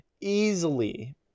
Easily